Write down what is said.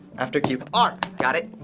after q. r! got it.